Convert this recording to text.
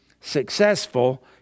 successful